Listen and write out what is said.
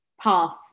path